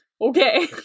okay